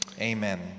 Amen